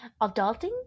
adulting